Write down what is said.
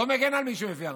לא מגן על מי שמפר,